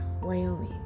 Wyoming